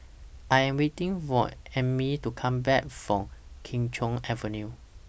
I Am waiting For Emmie to Come Back from Kee Choe Avenue